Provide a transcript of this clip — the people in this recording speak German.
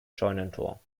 scheunentor